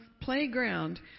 playground